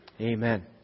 Amen